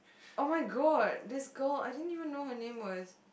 [oh]-my-god this girl I don't even know her name was